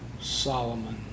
Solomon